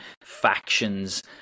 factions